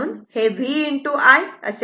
म्हणून हे v i आहे